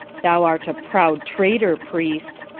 thou art a proud traitor, priest